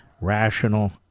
rational